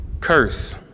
curse